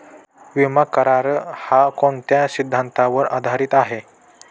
विमा करार, हा कोणत्या सिद्धांतावर आधारीत आहे?